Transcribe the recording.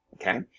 okay